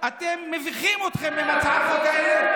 מביכים אתכם עם הצעות החוק האלה,